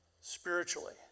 spiritually